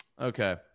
Okay